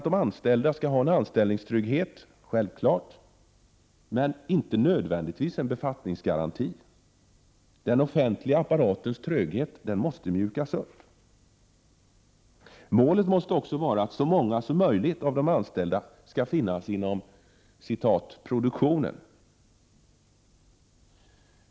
De anställda skall ha anställningstrygghet, men inte nödvändigtvis en befattningsgaranti. Den offentliga apparatens tröghet måste mjukas upp. Målet måste också vara att så många som möjligt skall återfinnas inom ”produktionen”.